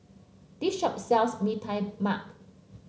this shop sells Mee Tai Mak